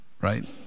right